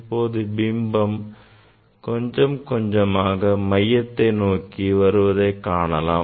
இப்போது பிம்பம் கொஞ்சம் கொஞ்சமாக மையத்தை நோக்கி வருவதைக் காணலாம்